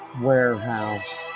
warehouse